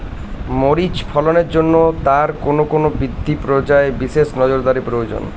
মরিচ ফলনের জন্য তার কোন কোন বৃদ্ধি পর্যায়ে বিশেষ নজরদারি প্রয়োজন?